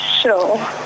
Sure